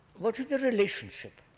what is the relationship